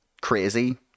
crazy